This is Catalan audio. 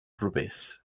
propers